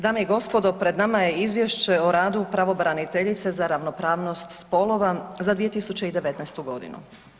Dame i gospodo pred nama je Izvješće o radu pravobraniteljice za ravnopravnost spolova za 2019. godinu.